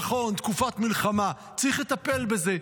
נכון, תקופת מלחמה, צריך לטפל בזה.